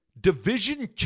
Division